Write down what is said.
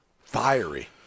Fiery